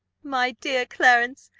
my dear clarence,